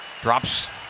Drops